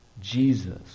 Jesus